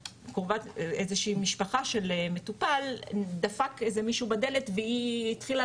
שאיזה שהיא משפחה של מטופל דפק איזה מישהו בדלת והיא התחילה